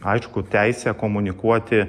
aišku teisę komunikuoti